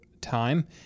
time